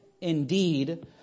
Indeed